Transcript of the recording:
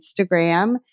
Instagram